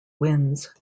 winds